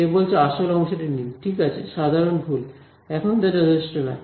সে বলছে আসল অংশটি নিন ঠিক আছে সাধারণ ভুল এখন তা যথেষ্ট নয়